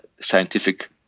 scientific